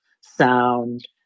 sound